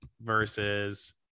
versus